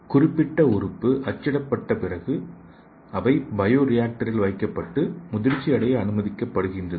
குறிப்பிட்ட உறுப்பு அச்சிடப்பட்ட பிறகு அவை பயோ ரியாக்டரில் வைக்கப்பட்டு முதிர்ச்சியடைய அனுமதிக்கப்படுகிறது